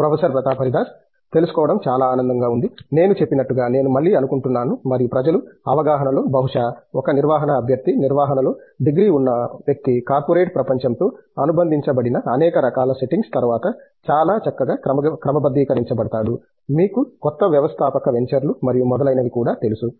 professor Pratap Haridas తెలుసుకోవడం చాలా ఆనందంగా ఉంది నేను చెప్పినట్లు గా నేను మళ్ళీ అనుకుంటున్నాను మరియు ప్రజల అవగాహనలో బహుశా ఒక నిర్వహణ అభ్యర్థి నిర్వహణలో డిగ్రీ ఉన్న వ్యక్తి కార్పొరేట్ ప్రపంచంతో అనుబంధించబడిన అనేక రకాల సెట్టింగ్స్ తర్వాత చాలా చక్కగా క్రమబద్ధీకరించబడతాడు మీకు కొత్త వ్యవస్థాపక వెంచర్లు మరియు మొదలైనవి కూడా తెలుసు